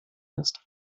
ist